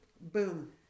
boom